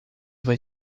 vai